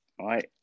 right